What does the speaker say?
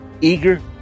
eager